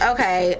Okay